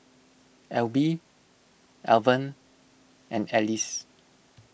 Elby Alvan and Alice